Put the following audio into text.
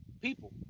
people